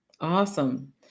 Awesome